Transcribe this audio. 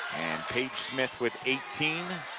paige smith with eighteen.